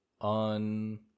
On